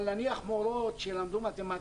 אבל נניח מורות שלמדו מתמטיקה,